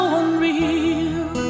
unreal